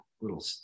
little